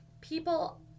people